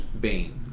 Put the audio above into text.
Bane